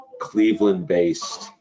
Cleveland-based